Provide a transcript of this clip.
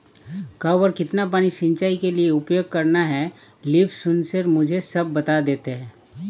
कब और कितना पानी सिंचाई के लिए उपयोग करना है लीफ सेंसर मुझे सब बता देता है